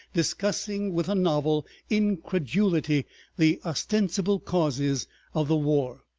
discussing with a novel incredulity the ostensible causes of the war.